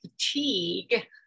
fatigue